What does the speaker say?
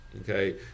okay